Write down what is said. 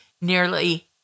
nearly